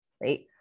right